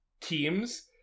teams